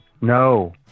No